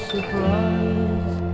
Surprise